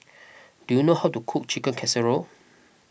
do you know how to cook Chicken Casserole